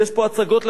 לא גירשו,